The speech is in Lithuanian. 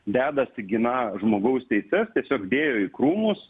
dedasi giną žmogaus teises tiesiog dėjo į krūmus